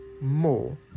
more